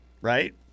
Right